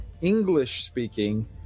english-speaking